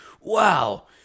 wow